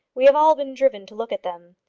we have all been driven to look at them.